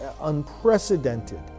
unprecedented